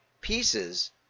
pieces